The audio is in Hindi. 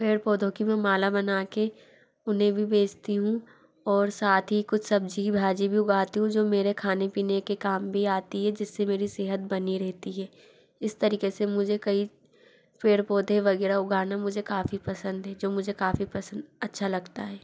पेड़ पौधों की में माला बना के उन्हे भी बेचती हूँ और साथ ही कुछ सब्ज़ी भाजी भी उगाती हूँ जो मेरे खाने पीने के काम भी आती हें जिससे मेरी सेहत बनी रहती हे इस तरीक़े से मुझे कई पेड़ पौधे वग़ैरह उगाने मुझे काफ़ी पसंद है जो मुझे काफ़ी पसंद अच्छा लगता है